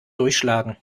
durchschlagen